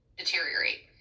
deteriorate